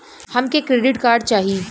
हमके credit card चाही